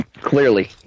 Clearly